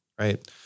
right